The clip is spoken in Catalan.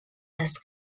les